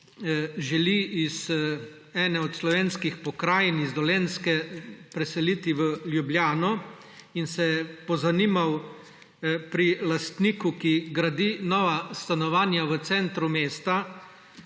želi iz ene od slovenskih pokrajin z Dolenjske preseliti v Ljubljano in se je pozanimal pri lastniku, ki gradi nova stanovanja v centru mesta,